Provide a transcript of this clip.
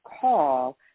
call